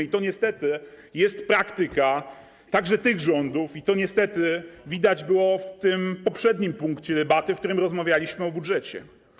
I to niestety jest praktyka także tych rządów, i to niestety widać było w poprzednim punkcie debaty, w którym rozmawialiśmy o budżecie.